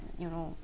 you know